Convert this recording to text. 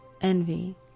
envy